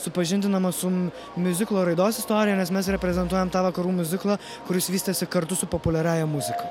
supažindinama su miuziklo raidos istorija nes mes reprezentuojam tą vakarų miuziklą kuris vystėsi kartu su populiariąja muzika